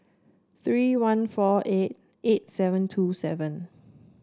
three one four eight eight seven two seven